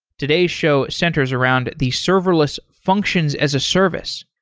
today's show centers around the serverless functions as a service.